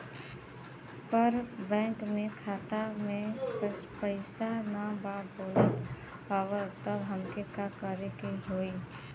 पर बैंक मे खाता मे पयीसा ना बा बोलत हउँव तब हमके का करे के होहीं?